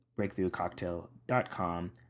breakthroughcocktail.com